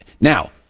Now